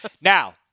Now